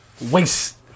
waste